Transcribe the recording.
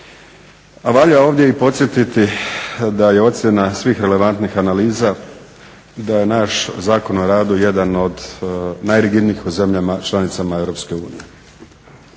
A valja ovdje i podsjetiti da je ocjena svih relevantnih analiza, da je naš Zakon o radu jedan od najrigidnijih u zemljama članicama Europske unije.